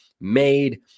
made